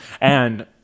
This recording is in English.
And-